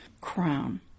crown